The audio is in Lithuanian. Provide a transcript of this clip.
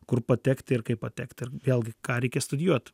kur patekti ir kaip patekti ir vėlgi ką reikia studijuoti